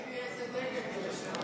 תגיד לי איזה דגל, כדי שאני אשתכנע.